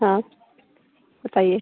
हाँ बताइए